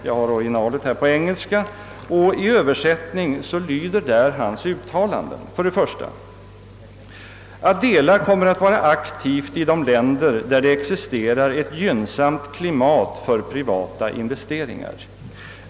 Jag har originalet på engelska framför mig, och i översättning lyder hans uttalanden: »ADELA kommer att vara aktivt i de länder där det existerar ett gynnsamt klimat för privata investeringar.